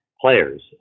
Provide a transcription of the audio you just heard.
players